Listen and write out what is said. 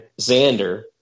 Xander